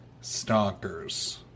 stalkers